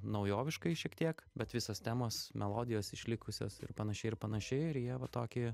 naujoviškai šiek tiek bet visos temos melodijos išlikusios ir panašiai ir panašiai ir jie va tokį